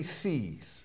sees